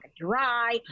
dry